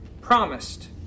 promised